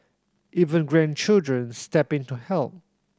even grandchildren step in to help